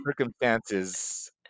circumstances